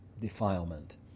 defilement